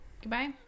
Goodbye